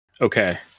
Okay